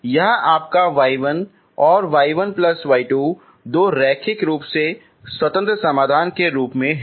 यह आपका y1 और y1y2 दो रैखिक रूप से स्वतंत्र समाधान के रूप में है